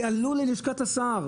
עלו ללשכת השר,